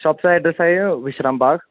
शॉपचा ॲड्रेस आहे विश्रामबाग